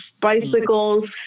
bicycles